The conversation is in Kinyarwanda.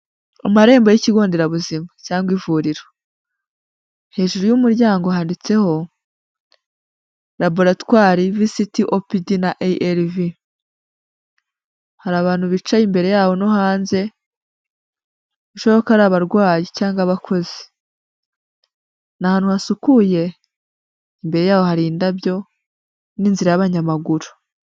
Amarembo y'ikigo nderabuzima cyangwa ivuriro. Hejuru y'umuryango handitse "Laboratoire VCT CPN ARV". Hari bicaye imbere yabo no hanze , bishoboka ko ari abarwayi cyangwa abakozi. Ni ahantu hasukuye, imbere yaho hari indabyo n'inzira y'abanyamaguru.